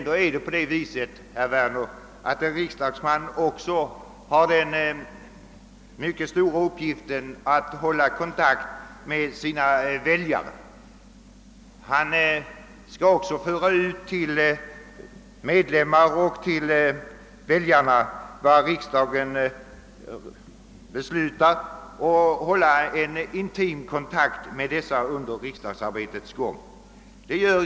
Det är dock så, herr Werner, att en riksdagsman också har den mycket stora uppgiften att hålla kontakt med sina väljare. Han skall föra ut till partimedlemmar och väljare vad riksdagen beslutar och hålla en intim kontakt med dessa under riksdagsarbetets gång.